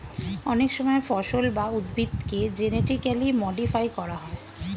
অনেক সময় ফসল বা উদ্ভিদকে জেনেটিক্যালি মডিফাই করা হয়